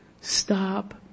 stop